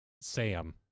Sam